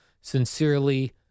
Sincerely